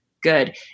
good